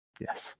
yes